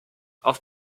aus